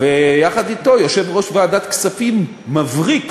ויחד אתו יושב-ראש ועדת כספים מבריק,